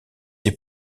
des